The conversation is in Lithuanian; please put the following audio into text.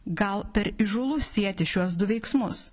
gal per įžūlu sieti šiuos du veiksmus